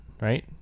right